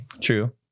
True